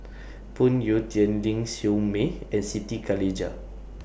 Phoon Yew Tien Ling Siew May and Siti Khalijah